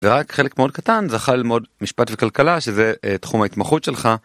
ורק חלק מאוד קטן זכה ללמוד משפט וכלכלה שזה תחום ההתמחות שלך.